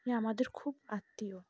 ই আমাদের খুব আত্মীয়